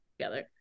together